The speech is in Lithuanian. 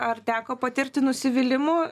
ar teko patirti nusivylimų